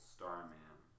Starman